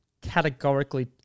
categorically